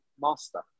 master